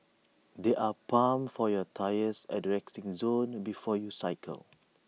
there are pumps for your tyres at the resting zone before you cycle